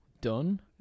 done